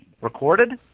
Recorded